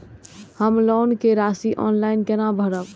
हम लोन के राशि ऑनलाइन केना भरब?